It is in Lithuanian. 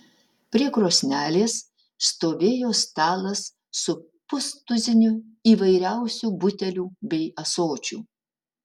prie krosnelės stovėjo stalas su pustuziniu įvairiausių butelių bei ąsočių